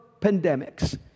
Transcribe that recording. pandemics